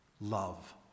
love